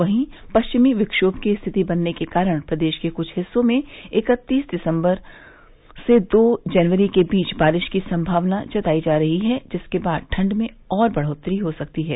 वहीं परिचमी विक्षोम की स्थिति बनने के कारण प्रदेश के कुछ हिस्सों में इकत्तीस दिसंबर से दो जनवरी के बीच बारिश की संभावना जतायी जा रही है जिसके बाद ठंड में और बढ़ोत्तरी हो सकती है